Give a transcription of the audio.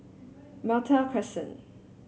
Malta Crescent